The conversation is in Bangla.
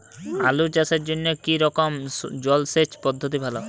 আলু চাষের জন্য কী রকম জলসেচ পদ্ধতি ভালো?